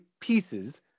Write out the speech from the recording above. pieces